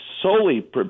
solely